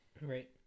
Right